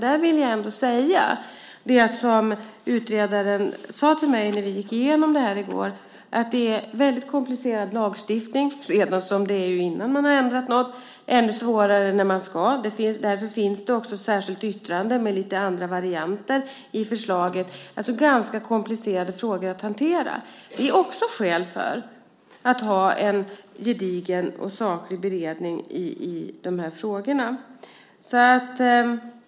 Där vill jag återge vad utredaren sade till mig när vi gick igenom det här i går: Det är en väldigt komplicerad lagstiftning redan som det är innan man har ändrat något, och ännu svårare blir det när man ska ändra. Därför finns det också ett särskilt yttrande med lite andra varianter i förslaget. Det är alltså ganska komplicerade frågor att hantera, vilket också är skäl för att ha en gedigen och saklig beredning i de här frågorna.